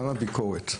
כמה ביקורת,